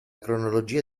cronologia